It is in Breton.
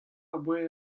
abaoe